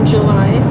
July